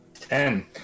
Ten